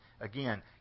Again